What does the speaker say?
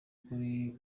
kuri